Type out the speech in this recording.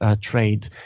trade